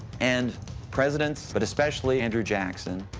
and presidents, but especially andrew jackson,